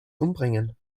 umbringen